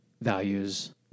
values